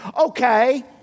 Okay